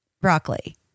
broccoli